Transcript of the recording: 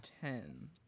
ten